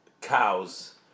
cows